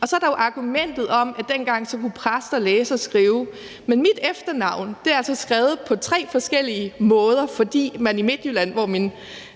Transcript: er der argumentet om, at dengang kunne præster læse og skrive, men mit efternavn er altså skrevet på tre forskellige måder, fordi man i Midtjylland, hvor min